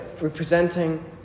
representing